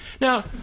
now